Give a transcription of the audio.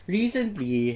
recently